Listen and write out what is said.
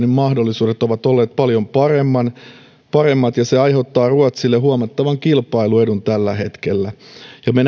mahdollisuudet ovat olleet paljon paremmat ja se aiheuttaa ruotsille huomattavan kilpailuedun tällä hetkellä me